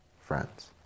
friends